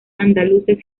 andaluces